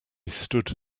stood